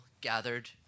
gathered